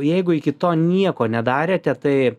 jeigu iki to nieko nedarėte tai